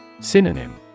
Synonym